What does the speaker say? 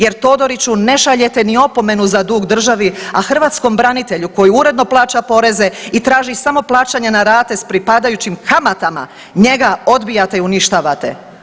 Jer Todoriću ne šaljete ni opomenu za dug državi, a hrvatskom branitelju koji uredno plaća poreze i traži samo plaćanje na rate s pripadajućim kamatama njega odbijate i uništavate.